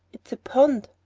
it's a pond!